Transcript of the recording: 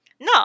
No